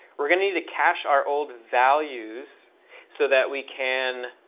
we're going to need to cache our old values so that we can